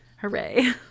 hooray